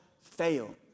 fail